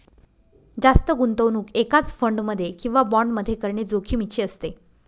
जास्त गुंतवणूक एकाच फंड मध्ये किंवा बॉण्ड मध्ये करणे जोखिमीचे असते